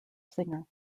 singer